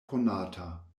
konata